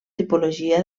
tipologia